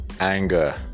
anger